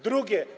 Drugie.